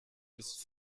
ist